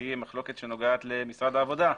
והיא המחלוקת שנוגעת למשרד העבודה.